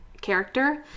character